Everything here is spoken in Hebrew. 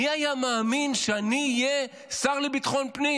מי היה מאמין שאני אהיה שר לביטחון פנים?